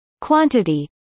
Quantity